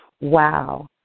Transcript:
wow